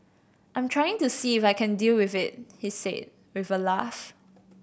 I'm trying to see if I can deal with it he said with a laugh